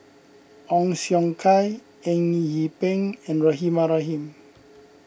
Ong Siong Kai Eng Yee Peng and Rahimah Rahim